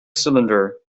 cylinder